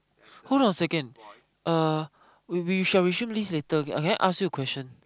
hold on a second uh we we shall resume this later okay let me ask you a question